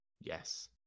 Yes